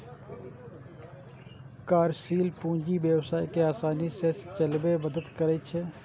कार्यशील पूंजी व्यवसाय कें आसानी सं चलाबै मे मदति करै छै